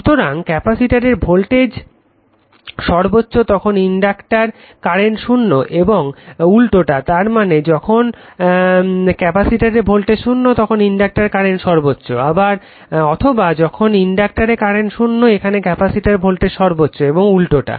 সুতরাং যখন capacitor voltage সর্বোচ্চ তখন ইনডাক্টার কারেন্ট শূন্য এবং উল্টোটা তার মানে যখন যখন ক্যাপাসিটর ভোল্টেজ শূন্য তখন ইনডাক্টার কারেন্ট সর্বোচ্চ অথবা যখন ইনডাক্টার কারেন্ট শূন্য এখানে ক্যাপাসিটর ভোল্টেজ সর্বোচ্চ এবং উল্টোটা